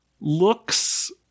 looks